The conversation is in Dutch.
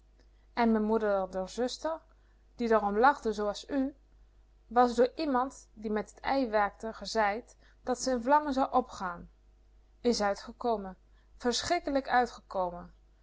en me moeder d'r zuster die dr vergiftn om lachte zoo as u was door iemand die met t ei werkte gezeid dat ze in vlammen zou opgaan is uitgekommen verschrikkelijk uit